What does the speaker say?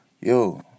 yo